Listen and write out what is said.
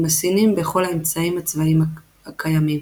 הסינים בכל האמצעים הצבאיים הקיימים.